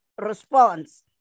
response